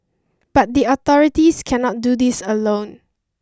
but the authorities cannot do this alone